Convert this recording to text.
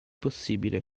possibile